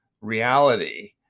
reality